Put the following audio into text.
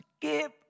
give